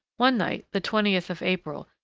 one night, the twentieth of april,